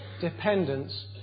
dependence